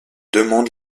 demandent